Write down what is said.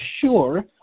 sure